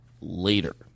later